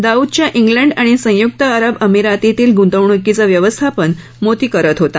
दाऊदच्या England आणि संयुक्त अरब अमिरातीतील गृंतवणुकीचं व्यवस्थापन मोती करत होता